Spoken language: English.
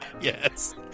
Yes